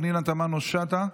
פנינה תמנו שטה,